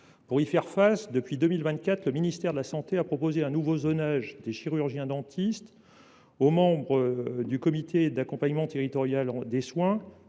Pour y faire face, depuis 2024, le ministre de la santé a proposé un nouveau zonage des chirurgiens dentistes aux membres des comités d’accompagnement territorial des soins